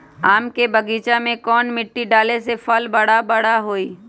आम के बगीचा में कौन मिट्टी डाले से फल बारा बारा होई?